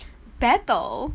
battle